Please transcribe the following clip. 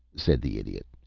said the idiot.